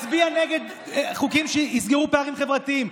מצביע נגד חוקים שיסגרו פערים חברתיים.